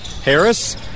Harris